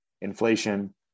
inflation